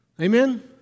Amen